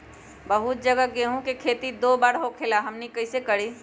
बहुत जगह गेंहू के खेती दो बार होखेला हमनी कैसे करी?